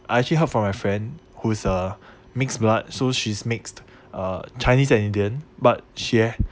I actually heard from my friend who is a mixed blood so she's mixed uh chinese and indian but she have